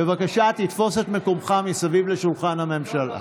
בבקשה, תפוס את מקומך סביב שולחן הממשלה.